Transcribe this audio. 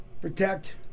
Protect